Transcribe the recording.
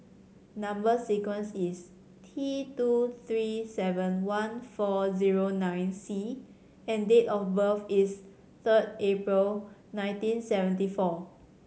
number sequence is T two three seven one four zero nine C and date of birth is third April nineteen seventy four